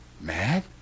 Mad